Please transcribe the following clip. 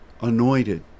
anointed